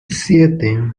siete